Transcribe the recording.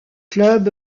club